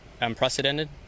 unprecedented